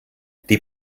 die